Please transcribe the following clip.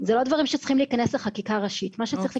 אלה לא דברים שצריכים להיכנס לחקיקה ראשית.